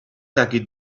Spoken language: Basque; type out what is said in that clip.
dakit